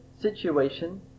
situation